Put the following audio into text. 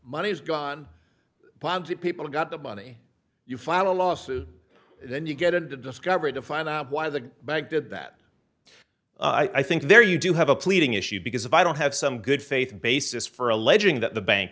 money is gone people got the money you file a lawsuit then you get into discovery to find out why the bank did that i think there you do have a pleading issue because if i don't have some good faith basis for alleging that the bank